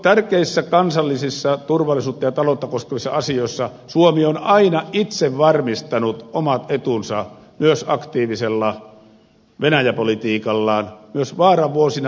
tärkeissä kansallisissa turvallisuutta ja taloutta koskevissa asioissa suomi on aina itse varmistanut omat etunsa myös aktiivisella venäjän politiikallaan myös vaaran vuosina tajunnut sen j